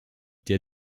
der